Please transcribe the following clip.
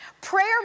prayer